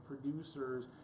producers